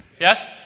Yes